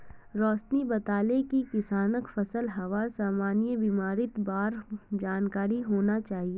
रोशिनी बताले कि किसानक फलत हबार सामान्य बीमारिर बार जानकारी होना चाहिए